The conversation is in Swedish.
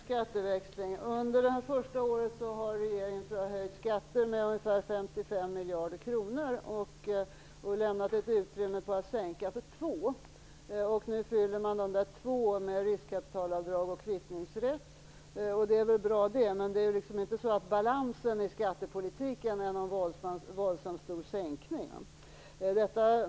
Fru talman! Under det första året har regeringen höjt skatter med ungefär 55 miljarder kronor och lämnat ett utrymme för att sänka skatter med 2 miljarder kronor. Nu fyller man de där två miljarderna med riskkapitalavdrag och kvittningsrätt och det är väl bra det, men resultatet blir inte någon våldsamt stor sänkning av skatterna.